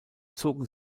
zogen